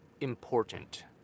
important